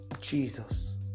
jesus